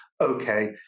okay